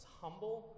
humble